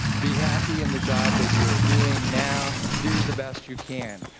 be happy in the job that you're doing now. do the best you can.